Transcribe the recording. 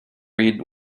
read